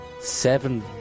seven